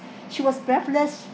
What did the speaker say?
she was breathless